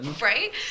Right